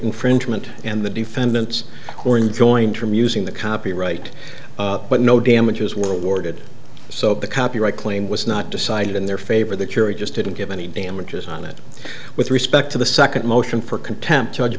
infringement and the defendants or enjoined from using the copyright but no damages were awarded so the copyright claim was not decided in their favor the curate just didn't get any damages on it with respect to the second motion for contempt judge